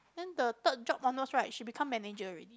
then the third job onwards right she become manager already